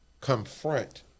confront